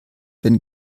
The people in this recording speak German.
wenn